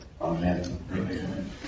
Amen